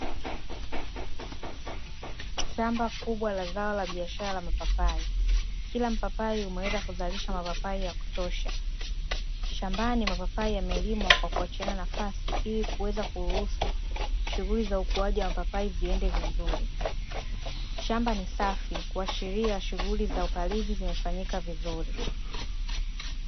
Shamba kubwa la zao la biashara la mipapai, kila mpapai umeweza kuzalisha mapapai ya kutosha. Shambani mapapai yamelimwa kwa kuachiana nafasi ili kuweza kuruhusu shughuli za ukuaji wa mamapai ziende vizuri. Shamba ni safi, kuashiria shughuli za upalizi zimefanyika vizuri.